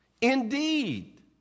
indeed